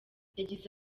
yagize